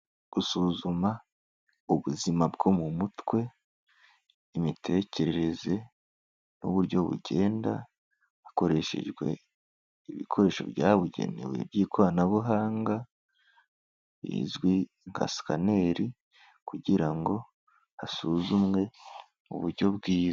Gusuzuma ubuzima bwo mu mutwe, imitekerereze n'uburyo bugenda, hakoreshejwe ibikoresho byabugenewe by'ikoranabuhanga bizwi nka sikaneri, kugira ngo hasuzumwe mu buryo bwiza.